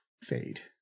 fade